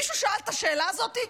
מישהו שאל את השאלה הזאת?